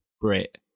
Brit